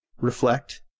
reflect